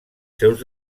seus